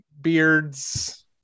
beards